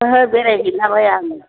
ओहो बेरायहैलाबाया आङो